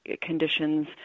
conditions